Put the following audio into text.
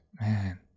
man